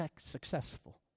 successful